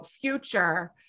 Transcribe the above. future